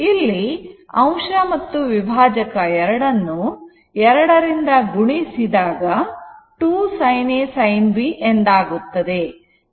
ಇಲ್ಲಿ ಅಂಶ ಮತ್ತು ವಿಭಾಜಕ ಎರಡನ್ನು 2 ರಿಂದ ಗುಣಿಸಿ ದಾಗ 2 sin A sin B ಎಂದಾಗುತ್ತದೆ